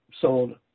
sold